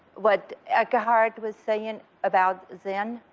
what eckhart was saying about zen.